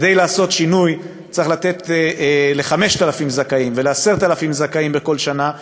כדי לעשות שינוי צריך לתת ל-5,000 זכאים ול-10,000 זכאים בכל שנה,